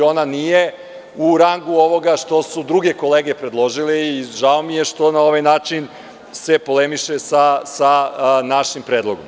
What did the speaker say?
Ona nije u rangu ovoga što su druge kolege predložili i žao mi je što se na ovaj način polemiše sa našim predlogom.